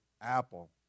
apple